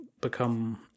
become